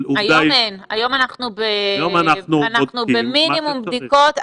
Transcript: היום אין, אנחנו היום במינימום בדיקות.